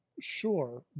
sure